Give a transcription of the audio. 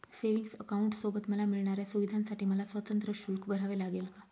Savings अकाउंटसोबत मला मिळणाऱ्या सुविधांसाठी मला स्वतंत्र शुल्क भरावे लागेल का?